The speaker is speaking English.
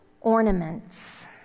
ornaments